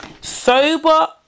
sober